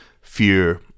fear